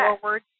forward